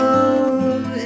Love